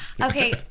Okay